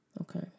Okay